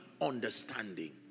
understanding